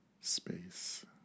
space